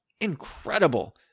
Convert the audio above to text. incredible